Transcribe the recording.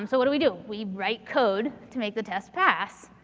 um so what do we do? we write code to make the test pass.